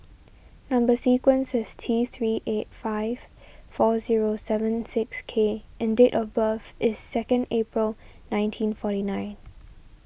Number Sequence is T three eight five four zero seven six K and date of birth is second April nineteen forty nine